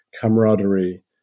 camaraderie